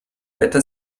wetter